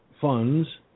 funds